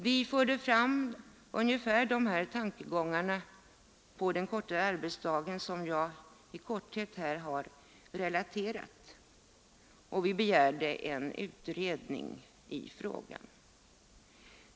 Vi förde fram ungefär de tankegångar på den kortare arbetsdagen som jag här i korthet relaterat, och vi begärde en utredning i frågan.